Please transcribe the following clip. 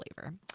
flavor